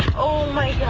oh my god.